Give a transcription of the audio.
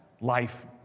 life